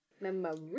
Memory